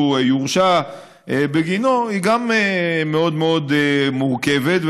יורשע בגינו גם היא מאוד מאוד מורכבת,